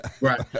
Right